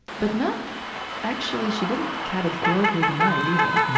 but not actually, she didn't categorically deny it either.